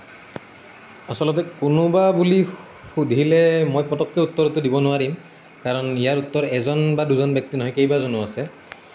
আচলতে কোনোবা বুলি সুধিলে মই পতককৈ উত্তৰটো দিব নোৱাৰিম কাৰণ ইয়াৰ উত্তৰ এজন বা দুজন ব্যক্তি নহয় কেইবাজনো আছে